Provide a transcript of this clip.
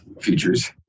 features